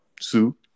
Sue